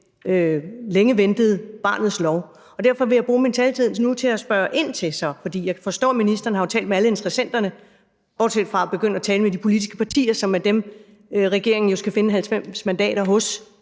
længe ventede barnets lov. Derfor vil jeg bruge min taletid nu til at spørge ind til det. For jeg forstår jo, at ministeren har talt med alle interessenterne bortset fra de politiske partier, som jo er dem, regeringen skal finde 90 mandater hos